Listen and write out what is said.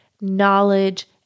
knowledge